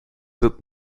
wird